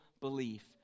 belief